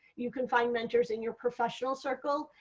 you can find mentors and your professional circle,